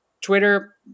Twitter